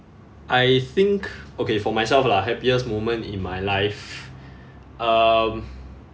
I think okay for myself lah happiest moment in my life um